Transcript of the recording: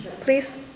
please